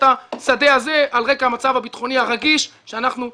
השדה הזה על רקע המצב הביטחוני הרגיש שאנחנו עדים לו.